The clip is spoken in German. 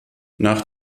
nach